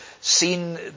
seen